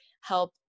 help